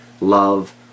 love